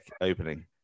opening